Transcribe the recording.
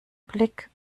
blick